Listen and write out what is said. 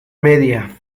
media